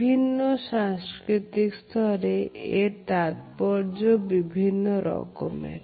বিভিন্ন সাংস্কৃতিক স্তরে এর তাৎপর্য বিভিন্ন রকমের